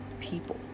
people